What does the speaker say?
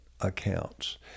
accounts